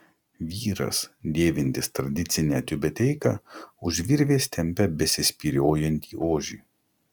vyras dėvintis tradicinę tiubeteiką už virvės tempia besispyriojantį ožį